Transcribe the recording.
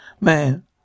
man